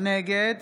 נגד